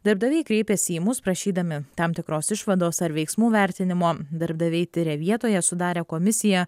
darbdaviai kreipiasi į mus prašydami tam tikros išvados ar veiksmų vertinimo darbdaviai tiria vietoje sudarę komisiją